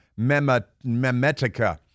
Memetica